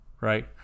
right